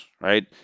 Right